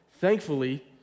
thankfully